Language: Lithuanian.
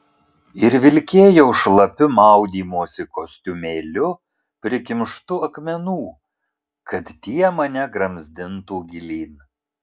ir vilkėjau šlapiu maudymosi kostiumėliu prikimštu akmenų kad tie mane gramzdintų gilyn